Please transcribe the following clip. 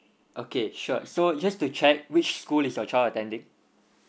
okay sure so just to check which school is your child attending